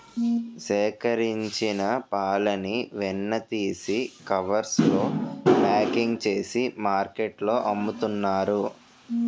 సేకరించిన పాలని వెన్న తీసి కవర్స్ లో ప్యాకింగ్ చేసి మార్కెట్లో అమ్ముతున్నారు